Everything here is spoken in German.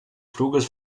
fluges